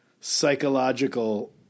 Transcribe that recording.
psychological